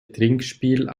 trinkspiel